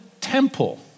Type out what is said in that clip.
temple